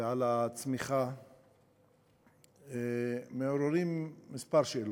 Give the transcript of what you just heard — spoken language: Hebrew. ועל הצמיחה מעוררים כמה שאלות,